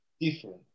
different